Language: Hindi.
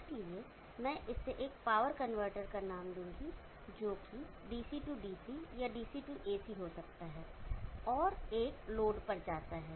इसलिए मैं इसे एक पावर कन्वर्टर का नाम दूंगा जो DC DC या DC AC हो सकता है और एक लोड पर जाता है